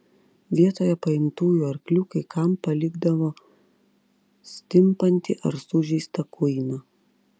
vietoje paimtųjų arklių kai kam palikdavo stimpantį ar sužeistą kuiną